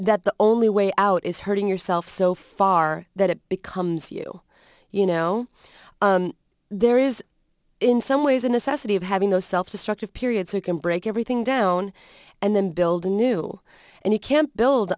that the only way out is hurting yourself so far that it becomes you you know there is in some ways a necessity of having those self destructive periods or can break everything down and then build anew and you can't build